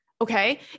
okay